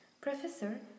Professor